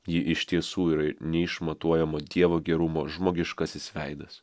ji iš tiesų yra neišmatuojama dievo gerumo žmogiškasis veidas